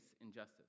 injustice